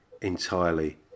entirely